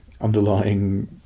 underlying